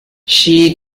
she